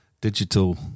digital